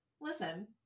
listen